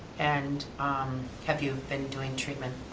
and have you been doing treatment